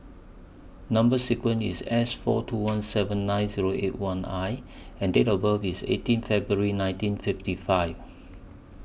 Number sequence IS S four two one seven nine Zero eight one I and Date of birth IS eighteen February nineteen fifty five